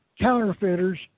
counterfeiters